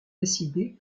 décidé